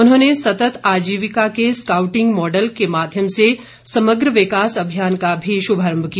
उन्होंने सतत आजीविका के स्काउटिंग मॉडल के माध्यम से समग्र विकास अभियान का भी श्भारम्भ किया